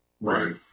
right